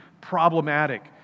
problematic